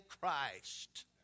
Christ